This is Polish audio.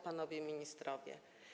Panowie Ministrowie!